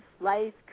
life